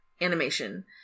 animation